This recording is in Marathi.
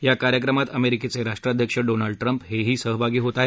या कार्यक्रमात अमेरिकेचे राष्ट्राध्यक्ष डोनाल्ड ट्रम्प हे ही सहभागी होत आहेत